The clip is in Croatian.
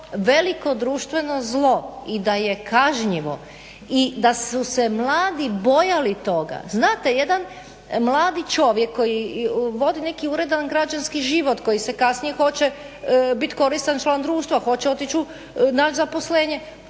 veliko društveno zlo i da je kažnjivo. I da su se mladi bojali toga. Znate, jedan mladi čovjek koji vodi neki uredan građanski život, koji se kasnije hoće biti koristan član društva, hoće naći zaposlenje